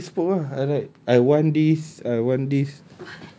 ya lah what they spoke ah I write I want this I want this